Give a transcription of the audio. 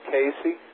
Casey